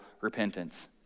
repentance